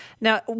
Now